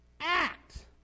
act